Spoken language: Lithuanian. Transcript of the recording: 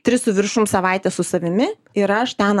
tris su viršum savaites su savimi ir aš ten